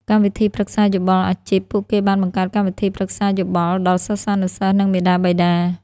កម្មវិធីប្រឹក្សាយោបល់អាជីព ពួកគេបានបង្កើតកម្មវិធីប្រឹក្សាយោបល់ដល់សិស្សានុសិស្ស និងមាតាបិតា។